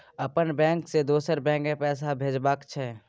अपन बैंक से दोसर बैंक मे पैसा भेजबाक छै?